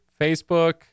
facebook